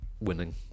winning